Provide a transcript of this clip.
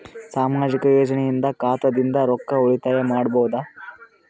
ಸಾಮಾಜಿಕ ಯೋಜನೆಯಿಂದ ಖಾತಾದಿಂದ ರೊಕ್ಕ ಉಳಿತಾಯ ಮಾಡಬಹುದ?